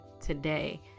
today